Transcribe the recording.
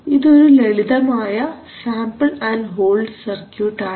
ഇതൊരു ലളിതമായ sample and hold സർക്യൂട്ടാണ്